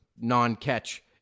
non-catch